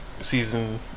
season